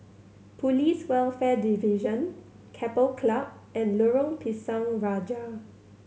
Police Welfare Division Keppel Club and Lorong Pisang Raja